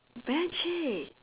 magic